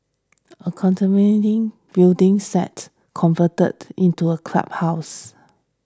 a building site converted into a clubhouse